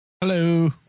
Hello